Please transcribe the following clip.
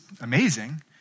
amazing